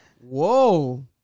Whoa